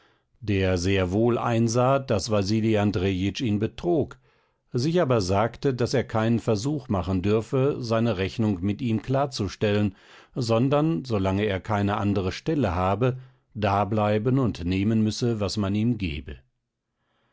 der sehr wohl einsah daß wasili andrejitsch ihn betrog sich aber sagte daß er keinen versuch machen dürfe seine rechnung mit ihm klarzustellen sondern solange er keine andere stelle habe dableiben und nehmen müsse was man ihm gebe